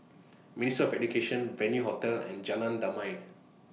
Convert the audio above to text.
Ministry of Education Venue Hotel and Jalan Damai